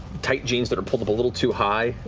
tight jeans that are pulled up a little too high,